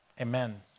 Amen